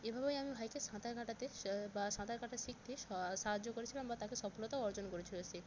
এভাবেই আমি ভাইকে সাঁতার কাটাতে সে বা সাঁতার কাটা শিখতে স সাহায্য করেছিলাম বা তাকে সফলতা অর্জন করেছিলো সে